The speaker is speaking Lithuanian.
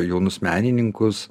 jaunus menininkus